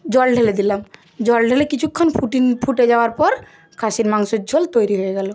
জল ঢেলে দিলাম জল ঢেলে কিছুক্ষণ ফুটিয়ে নিয়ে ফুটে যাওয়ার পর খাসির মাংসের ঝোল তৈরি হয়ে গেল